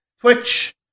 Twitch